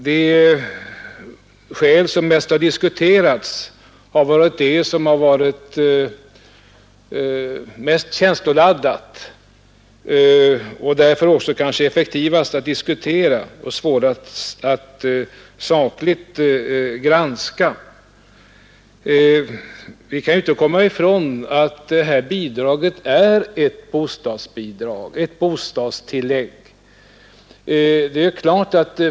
Det skäl som mest diskuterats har varit det mest känsloladdade och därför också kanske lättast att framföra men svårast att sakligt granska. Vi kan inte komma ifrån att detta bidrag är ett bostadsbidrag, ett bostadstillägg.